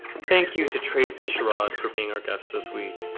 thank you to tracy sharod for being our guest this week.